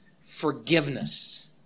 forgiveness